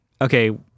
Okay